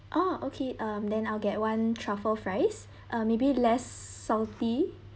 oh okay um then I'll get one truffle fries uh maybe less salty